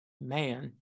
Man